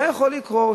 מה יכול לקרות,